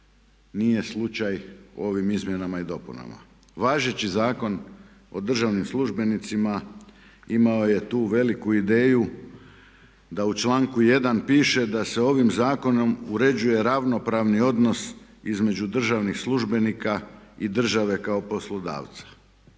nije slučaj u ovim izmjenama i dopunama. Važeći zakon o državnim službenicima imao je tu veliku ideju da u članku 1. piše da se ovim zakonom uređuje ravnopravni odnos između državnih službenika i države kao poslodavca.